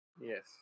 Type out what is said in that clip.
Yes